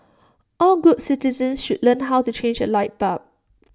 all good citizens should learn how to change A light bulb